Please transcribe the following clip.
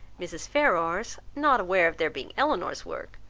mrs. ferrars, not aware of their being elinor's work,